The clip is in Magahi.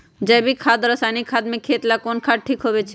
जैविक खाद और रासायनिक खाद में खेत ला कौन खाद ठीक होवैछे?